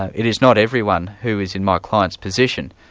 it is not everyone who is in my client's position,